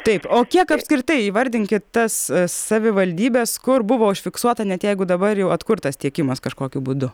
taip o kiek apskritai įvardinkit tas savivaldybes kur buvo užfiksuota net jeigu dabar jau atkurtas tiekimas kažkokiu būdu